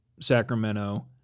Sacramento